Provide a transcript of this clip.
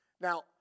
Now